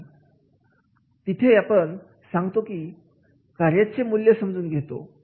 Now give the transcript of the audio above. नाही तिथे आपण सांगतो त्या कार्याचे मूल्य समजून घेतो